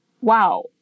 wow